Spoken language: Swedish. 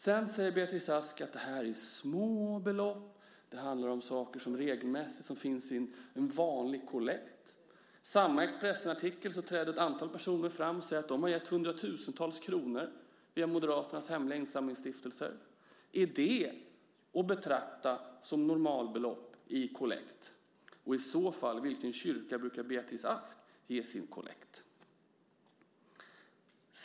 Sedan säger Beatrice Ask att det är små belopp, det handlar om saker som motsvarar en vanlig kollekt. I samma Expressenartikel träder ett antal personer fram och säger att de har gett hundratusentals kronor till Moderaternas hemliga insamlingsstiftelse. Är det att betrakta som normalbelopp i en kollekt, och i så fall, i vilken kyrka brukar Beatrice Ask ge sin kollekt?